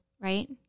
right